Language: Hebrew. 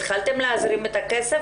התחלתם להזרים את הכסף?